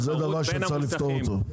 המוסכים --- זה דבר שאפשר לפתור אותו.